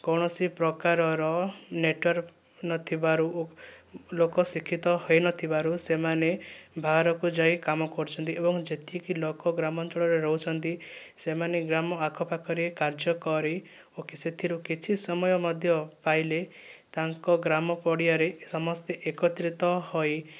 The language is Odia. କୌଣସି ପ୍ରକାରର ନେଟୱାର୍କ୍ ନଥିବାରୁ ଲୋକ ଶିକ୍ଷିତ ହୋଇନଥିବାରୁ ସେମାନେ ବାହାରକୁ ଯାଇ କାମ କରୁଛନ୍ତି ଏବଂ ଯେତିକି ଲୋକ ଗ୍ରାମାଞ୍ଚଳରେ ରହୁଛନ୍ତି ସେମାନେ ଗ୍ରାମ ଆଖପାଖରେ କାର୍ଯ୍ୟ କରି ସେଥିରୁ କିଛି ସମୟ ମଧ୍ୟ ପାଇଲେ ତାଙ୍କ ଗ୍ରାମ ପଡ଼ିଆରେ ସମସ୍ତେ ଏକତ୍ରିତ ହୋଇ